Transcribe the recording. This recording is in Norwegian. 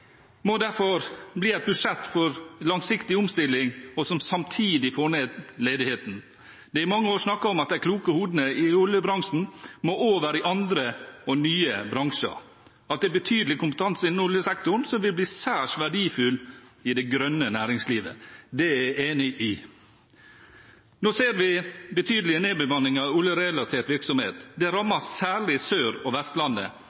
må derfor bli et budsjett for langsiktig omstilling, som samtidig får ned ledigheten. Det er i mange år snakket om at de kloke hodene i oljebransjen må over i andre og nye bransjer, at det er en betydelig kompetanse innen oljesektoren som vil bli særs verdifull i det grønne næringslivet. Det er jeg enig i. Nå ser vi betydelige nedbemanninger i oljerelatert virksomhet. Det rammer særlig Sør- og Vestlandet.